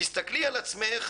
תסתכלי על עצמך